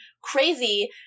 crazy